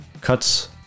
cuts